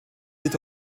sich